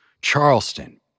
Charleston